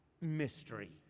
mystery